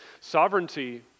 sovereignty